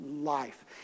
life